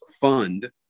fund